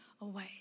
away